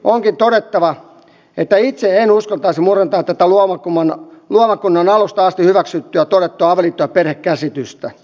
lopuksi onkin todettava että itse en uskaltaisi murentaa tätä luomakunnan alusta asti hyväksyttyä ja todettua avioliitto ja perhekäsitystä